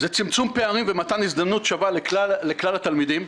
צמצום פערים ומתן הזדמנות שווה לכלל התלמידים,